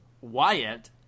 Wyatt